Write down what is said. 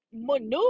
maneuver